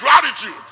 gratitude